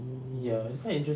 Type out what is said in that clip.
mm